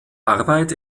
arbeit